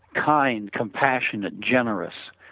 kind, compassionate, generous.